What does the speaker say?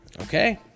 Okay